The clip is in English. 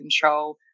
control